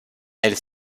elle